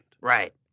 Right